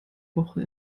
woche